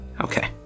Okay